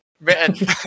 Written